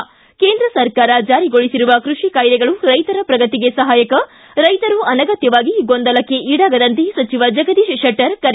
್ಟಿ ಕೇಂದ್ರ ಸರ್ಕಾರ ಜಾರಿಗೊಳಿಸಿರುವ ಕೃಷಿ ಕಾಯ್ದೆಗಳು ರೈತರ ಪ್ರಗತಿಗೆ ಸಹಾಯಕ ರೈತರು ಅನಗತ್ವವಾಗಿ ಗೊಂದಲಕ್ಕೆ ಇಡಾಗದಂತೆ ಸಚಿವ ಜಗದೀಶ ಶೆಟ್ಟರ್ ಕರೆ